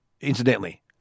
incidentally